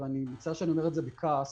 וזה הצד של למנוע סיכונים כאילו בכל